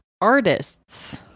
artists